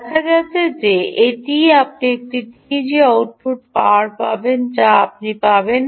দেখা যাচ্ছে যে এটিই আপনি টিইজি আউটপুট পাওয়ার পাবেন যা আপনি পাবেন